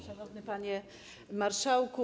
Szanowny Panie Marszałku!